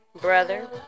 brother